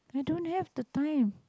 I don't have the time